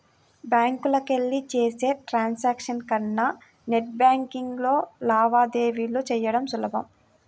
బ్యాంకులకెళ్ళి చేసే ట్రాన్సాక్షన్స్ కన్నా నెట్ బ్యేన్కింగ్లో లావాదేవీలు చెయ్యడం సులభం